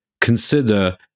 consider